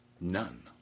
None